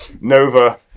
Nova